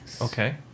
okay